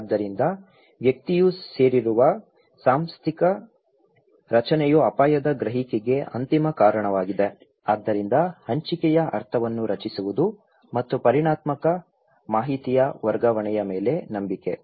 ಆದ್ದರಿಂದ ವ್ಯಕ್ತಿಯು ಸೇರಿರುವ ಸಾಂಸ್ಥಿಕ ರಚನೆಯು ಅಪಾಯದ ಗ್ರಹಿಕೆಗೆ ಅಂತಿಮ ಕಾರಣವಾಗಿದೆ ಆದ್ದರಿಂದ ಹಂಚಿಕೆಯ ಅರ್ಥವನ್ನು ರಚಿಸುವುದು ಮತ್ತು ಪರಿಮಾಣಾತ್ಮಕ ಮಾಹಿತಿಯ ವರ್ಗಾವಣೆಯ ಮೇಲೆ ನಂಬಿಕೆ